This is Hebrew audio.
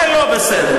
זה לא בסדר.